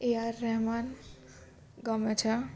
એ આર રહેમાન ગમે છે